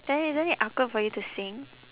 then isn't it awkward for you to sing